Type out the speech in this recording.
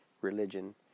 religion